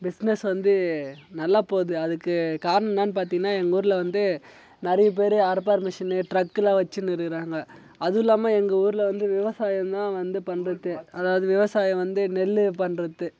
business வந்து நல்லாப்போகுது அதுக்கு காரணம் என்னானு பார்த்தினா எங்கள் ஊரில் வந்து நிறையப்பேரு அறுப்பார் மிஷின்னு ட்ரக்கில் வச்சுனு இருக்கிறாங்க அதுவும் இல்லாமல் எங்கள் ஊரில் வந்து விவசாயம்தான் வந்து பண்ணுறது அதாவது விவசாயம் வந்து நெல்லு பண்ணுறது